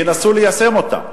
ינסו ליישם אותה.